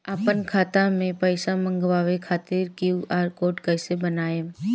आपन खाता मे पैसा मँगबावे खातिर क्यू.आर कोड कैसे बनाएम?